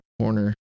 corner